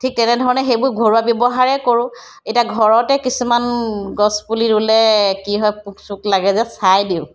ঠিক তেনেধৰণে সেইবোৰ ঘৰুৱা ব্যৱহাৰেই কৰোঁ এতিয়া ঘৰতে কিছুমান গছ পুলি ৰুলে কি হয় পোক চোক লাগে যে চাই দিওঁ